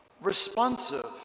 Responsive